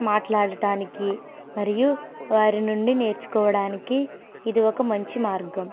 మాట్లాడటానికి మరియు వారి నుండి నేర్చుకోవడానికి ఇది ఒక మంచి మార్గం